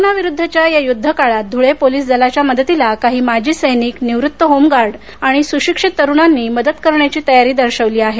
corona विरूद्धच्या या युध्द काळात धुळे पोलीस दलाच्या मदतीला काही माजी सैनिक निवृत्त होमगार्ड आणि सुशिक्षित तरूणांनी मदत करण्याची तयारी दर्शविली आहे